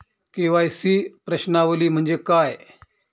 KYC प्रश्नावली म्हणजे काय?